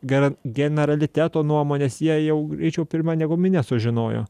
gera generaliteto nuomones jie jau greičiau pirma negu minia sužinojo